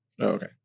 okay